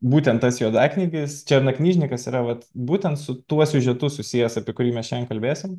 būtent tas juodaknygis čenaknyžnikas yra vat būtent su tuo siužetu susijęs apie kurį mes šiandien kalbėsim